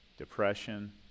depression